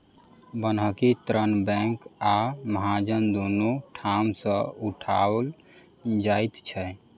बन्हकी ऋण बैंक आ महाजन दुनू ठाम सॅ उठाओल जाइत छै